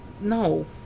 No